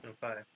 five